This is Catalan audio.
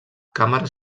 càmeres